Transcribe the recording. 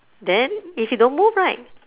then if you don't move right